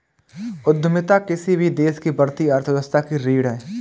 उद्यमिता किसी भी देश की बढ़ती अर्थव्यवस्था की रीढ़ है